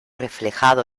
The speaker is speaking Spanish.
reflejado